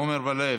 עמר בר-לב,